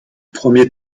premier